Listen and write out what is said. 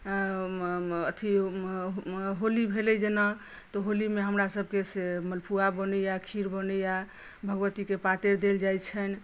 आ अथी होली भेलै जेना तऽ होलीमे हमरा सबकेँ से मालपुआ बनैया खीर बनैया भगवतीके पातरि देल जाइ छनि